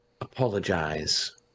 apologize